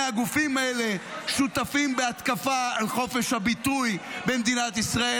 הגופים האלה שותפים בהתקפה על חופש הביטוי במדינת ישראל.